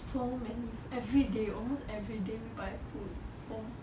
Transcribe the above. so many everyday almost everyday we buy food home